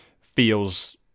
feels